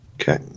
okay